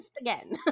again